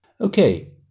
Okay